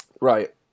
Right